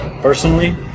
personally